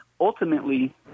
ultimately